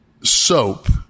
soap